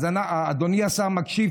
אדוני השר מקשיב,